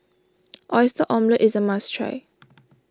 Oyster Omelette is a must try